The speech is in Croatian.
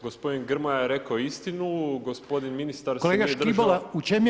Gospodin Grmoja je rekao istinu, gospodin ministar se